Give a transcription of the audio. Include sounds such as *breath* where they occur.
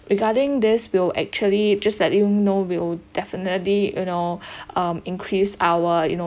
regarding this we'll actually just let you know we'll definitely you know *breath* um increase our you know